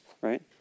right